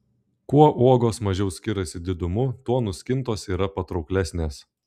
kuo uogos mažiau skiriasi didumu tuo nuskintos yra patrauklesnės